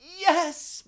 Yes